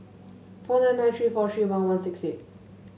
four nine nine three four three one one six eight